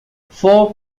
four